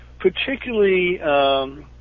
particularly